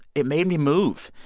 it made me move.